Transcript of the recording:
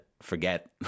forget